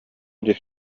дии